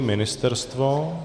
Ministerstvo?